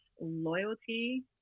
loyalty